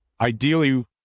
Ideally